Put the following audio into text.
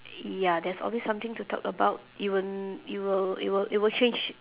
ya there's always something to talk about even it will it will it will change